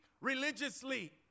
religiously